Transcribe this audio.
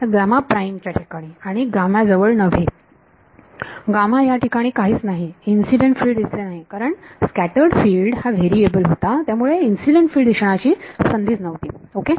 ह्या ठिकाणी आणि जवळ नव्हे ह्या ठिकाणी काहीच नाही इन्सिडेंट फिल्ड दिसले नाही कारण स्कॅटर्ड फिल्ड हा व्हेरिएबल होता त्यामुळे इन्सिडेंट फिल्ड दिसण्याची संधीच नव्हती ओके